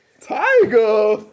Tiger